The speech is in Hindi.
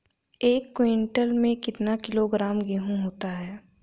एक क्विंटल में कितना किलोग्राम गेहूँ होता है?